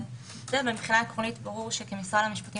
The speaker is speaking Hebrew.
מבחינת עקרונית ברור שכמשרד המשפטים,